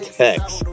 text